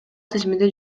тизмеде